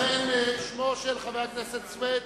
שמו של חבר הכנסת סוייד